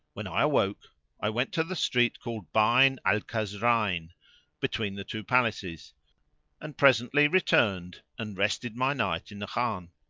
when i awoke i went to the street called bayn al-kasrayn between the two palaces and presently returned and rested my night in the khan.